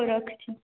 ହଉ ରଖୁଛି